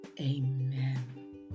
Amen